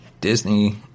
Disney